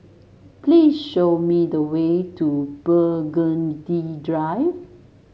please show me the way to Burgundy Drive